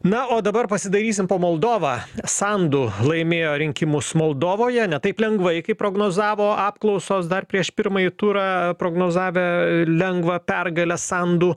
na o dabar pasidairysim po moldovą sandu laimėjo rinkimus moldovoje ne taip lengvai kaip prognozavo apklausos dar prieš pirmąjį turą prognozavę lengvą pergalę sandu